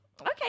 Okay